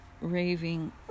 raving